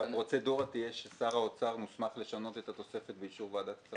והפרוצדורה תהיה ששר האוצר מוסמך לשנות את התוספת באישור ועדת הכספים?